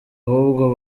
ahubwo